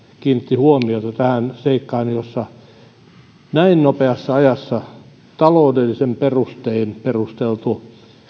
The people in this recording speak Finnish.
kiinnitti huomiota tähän seikkaan että näin nopeassa ajassa taloudellisin perustein perusteltu